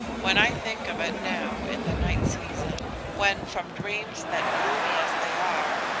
when i think of it now in the night season when from dreams that gloomy as they are,